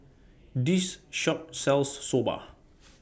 This Shop sells Soba